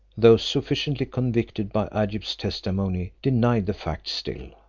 though sufficiently convicted by agib's testimony, denied the fact still.